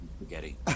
spaghetti